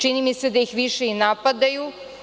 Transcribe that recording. Čini mi se da ih više i napadaju.